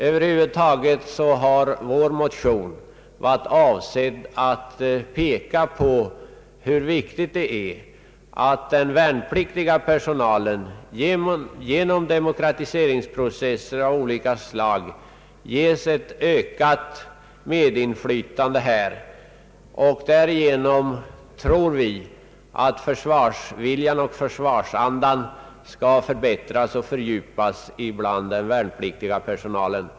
över huvud taget har vi med vår motion velat peka på hur viktigt det är att den värnpliktiga personalen genom demokratiseringsprocesser av olika slag ges ett ökat medinflytande. Vi tror att försvarsviljan och försvarsandan därigenom skall förbättras och fördjupas hos den värnpliktiga personalen.